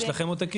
יש לכם עותקים?